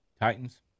Titans